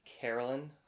Carolyn